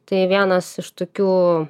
tai vienas iš tokių